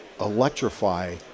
electrify